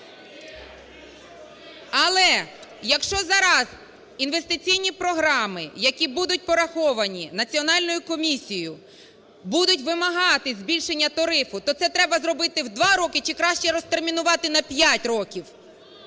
Але, якщо зараз інвестиційні програми, які будуть пораховані національною комісією, будуть вимагати збільшення тарифу, то це треба зробити в 2 роки чи краще розтермінувати на 5 років?